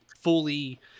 fully